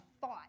thought